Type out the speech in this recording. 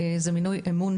זה מינוי אמון,